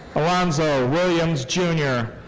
alonzo williams junior.